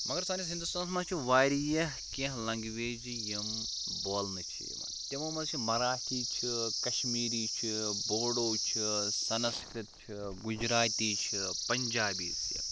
مگر سٲنِس ہِندوستانَس منٛز چھِ واریاہ کیٚنٛہہ لنٛگویجہِ یِم بولنہٕ چھِ یِوان تِمو منٛز چھِ مَراٹھی چھِ کَشمیٖری چھِ بوڈو چھِ سَنسکِرٛت چھِ گُجراتی چھِ پَنجابی چھِ